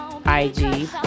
IG